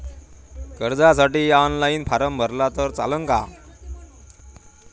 कर्जसाठी online form भरला तर चालन का?